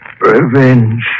Revenge